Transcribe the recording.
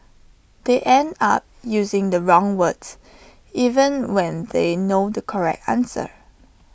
they end up using the wrong words even when they know the correct answer